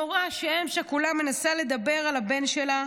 נורא שאם שכולה מנסה לדבר על הבן שלה,